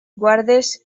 guardes